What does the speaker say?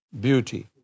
beauty